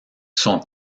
son